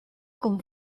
con